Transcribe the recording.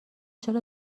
چرا